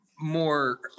more